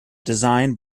design